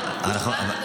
גם, גם.